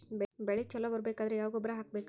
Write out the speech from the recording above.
ಬೆಳಿ ಛಲೋ ಬರಬೇಕಾದರ ಯಾವ ಗೊಬ್ಬರ ಹಾಕಬೇಕು?